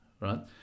right